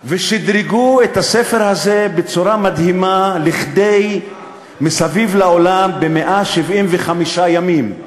ושדרגו את הספר הזה בצורה מדהימה לכדי "מסביב לעולם ב-175 יום"?